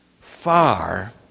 Far